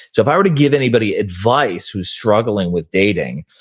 so if i were to give anybody advice who's struggling with dating,